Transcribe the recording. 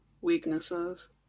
weaknesses